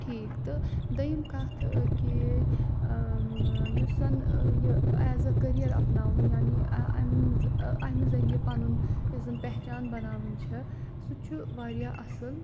ٹھیٖک تہٕ دٔیِم کَتھ کہِ یُس زَن یہِ ایز اےٚ کٔریر اَپناوُن یعنی اَمہ اَمہِ زَن یہِ پَنُن یۄس زَن پہچان بَناوٕنۍ چھِ سُہ چھُ واریاہ اَصٕل